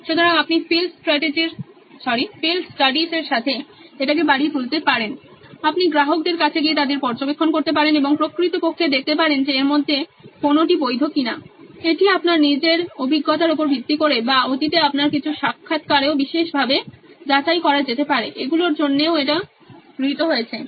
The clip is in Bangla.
সুতরাং আপনি ফিল্ড স্টাডিজের এটাকে বাড়িয়ে তুলতে পারেন আপনি গ্রাহকদের কাছে গিয়ে তাদের পর্যবেক্ষণ করতে পারেন এবং প্রকৃতপক্ষে দেখতে পারেন যে এর মধ্যে কোনোটি বৈধ কিনা এটি আপনার নিজের অভিজ্ঞতার উপর ভিত্তি করে বা অতীতে আপনার কিছু সাক্ষাৎকারেও বিশেষভাবে যাচাই করা যেতে পারে এগুলোর জন্যে এটাও গৃহীত হয়েছে